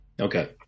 Okay